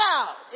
out